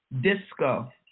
Disco